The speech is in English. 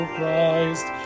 Christ